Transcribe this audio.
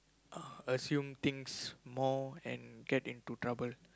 uh assume things more and get into trouble